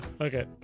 Okay